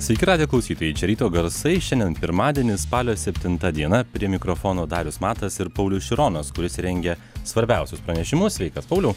sveiki radijo klausytojai čia ryto garsai šiandien pirmadienis spalio septinta diena prie mikrofono darius matas ir paulius šironas kuris rengia svarbiausius pranešimus sveikas pauliau